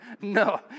no